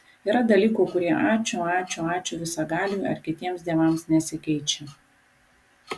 yra dalykų kurie ačiū ačiū ačiū visagaliui ar kitiems dievams nesikeičia